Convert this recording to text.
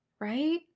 Right